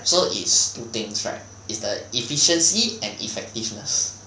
so is two things right is the efficiency and effectiveness